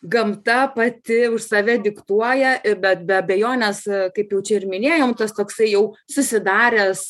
gamta pati už save diktuoja ir bet be abejonės kaip jau čia ir minėjom tas toksai jau susidaręs